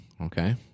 Okay